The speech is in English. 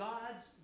God's